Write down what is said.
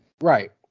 Right